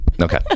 Okay